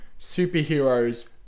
superheroes